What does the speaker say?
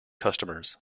customers